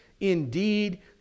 indeed